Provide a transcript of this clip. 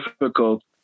difficult